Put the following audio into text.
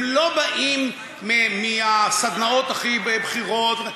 והם לא באים מהסדנאות הכי בכירות.